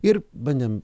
ir bandėm